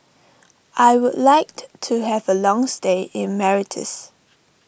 I would like to to have a long stay in Mauritius